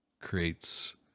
creates